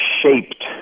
shaped